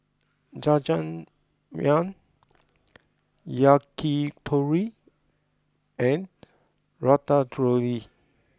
Jajangmyeon Yakitori and Ratatouille